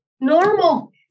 normal